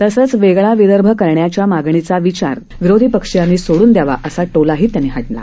तसंच वेगळा विदर्भ करण्याच्या मागणीची विचार विरोधी पक्षीयांनी सोडून दयावा असा टोलाही त्यांनी हाणला